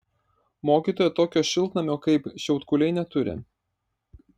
mokytoja tokio šiltnamio kaip šiaudkuliai neturi